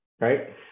right